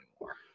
anymore